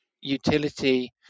utility